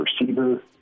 receiver